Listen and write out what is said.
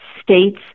states